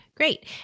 Great